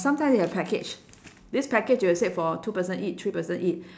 sometime they have package this package will say for two person eat three person eat